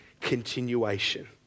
continuation